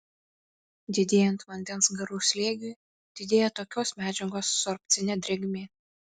didėjant vandens garų slėgiui didėja tokios medžiagos sorbcinė drėgmė